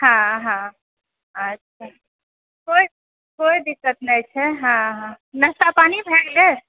हँ हँ अच्छा कोई कोई दिक्कत नहि छै हँ हँ नाश्ता पानि भए गेलेए हँ